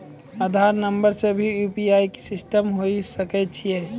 आधार नंबर से भी यु.पी.आई सिस्टम होय सकैय छै?